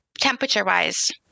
Temperature-wise